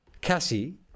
Cassie